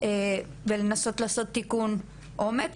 להמשיך ולנסות לעשות תיקון עומק.